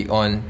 on